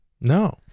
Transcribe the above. no